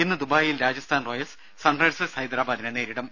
ഇന്ന് ദുബായിൽ Rajasthan Royals Sunrisers ഹൈദരാബാദിനെ നേരിടും